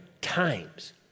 times